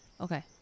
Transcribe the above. Okay